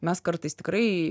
mes kartais tikrai